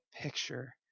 picture